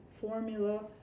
formula